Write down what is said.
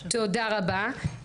תודה רבה.